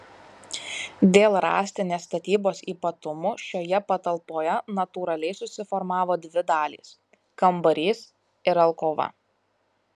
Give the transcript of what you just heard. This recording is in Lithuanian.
dėl rąstinės statybos ypatumų šioje patalpoje natūraliai susiformavo dvi dalys kambarys ir alkova